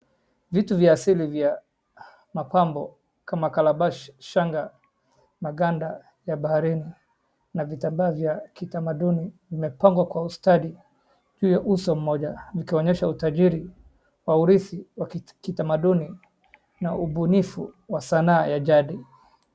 Vitu vya asili vya mapambo ka karabashanga na ganda ya baharini na vitambaa vya kitamanduni vimepangwa kwa ustadi juu ya uso mmoja. Zikionyesha ujiri wa urithi wa kitamanduni na ubunifu wa sanaa ya jadi.